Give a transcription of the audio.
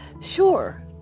sure